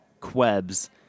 Quebs